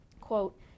quote